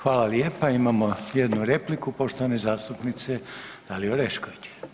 Hvala lijepa, imamo jednu repliku poštovane zastupnice Dalije Orešković.